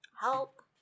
help